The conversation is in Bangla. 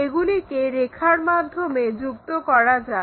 এগুলিকে রেখার মাধ্যমে যুক্ত করা যাক